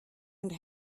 and